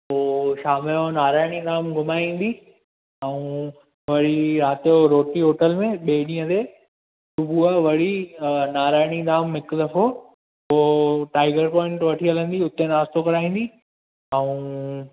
पोइ शाम जो नारायणी धाम घुमाईंदी ऐं वरी राति जो रोटी होटल में ॿिए ॾींहं ते सुबुह वरी आहे नारायणी धाम हिकु दफ़ो ॿियो टाइगर पोइंट वठी हलंदी हुते नाश्तो कराईंदी ऐं